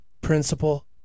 principle